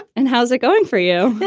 and how's it going for you?